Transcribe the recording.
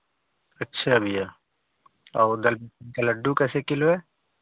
अच्छा भैया और दाल लड्डू कैसे किलो हैं